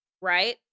Right